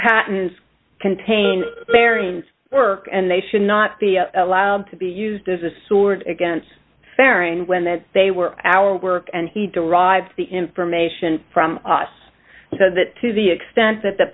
patents contain barings work and they should not be allowed to be used as a sword against bearing when they were our work and he derives the information from us so that to the extent that the